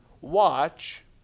watch